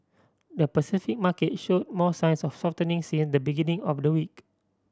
the Pacific market show more signs of softening since the beginning of the week